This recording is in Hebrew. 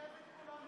בעד,